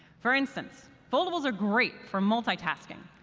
for instance, foldables are great for multitasking.